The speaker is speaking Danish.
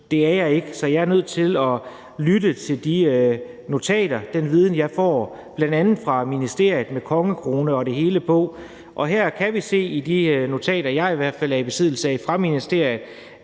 Det er jeg ikke, så jeg er nødt til at holde mig til de notater og den viden, jeg får fra bl.a. ministeriet med kongekrone og det hele på, og her kan vi, i hvert fald i de notater, jeg er i besiddelse af fra ministeriet,